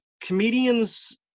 comedians